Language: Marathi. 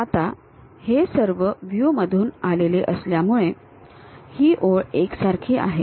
आता हे सर्व व्ह्यू मधून आलेले असल्यामुळे ही ओळ एकसारखी आहे